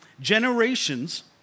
Generations